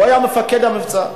הוא היה מפקד המבצע.